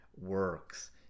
works